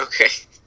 Okay